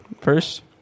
first